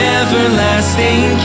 everlasting